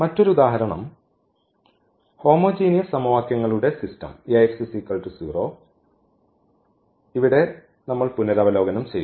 മറ്റൊരു ഉദാഹരണം ഹോമോജിനിയസ് സമവാക്യങ്ങളുടെ സിസ്റ്റം ഇവിടെ നമ്മൾ പുനരവലോകനം ചെയ്യുന്നു